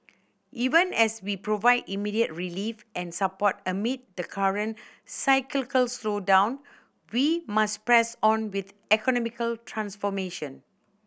even as we provide immediate relief and support amid the current cyclical slowdown we must press on with economic transformation